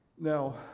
Now